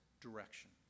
direction